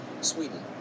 Sweden